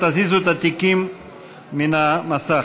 תזיזו את התיקים מן המסך.